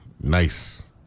Nice